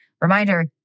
Reminder